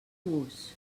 vos